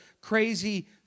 crazy